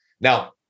Now